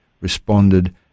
responded